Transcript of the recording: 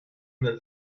del